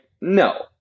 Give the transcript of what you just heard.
no